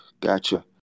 Gotcha